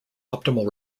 optimal